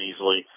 easily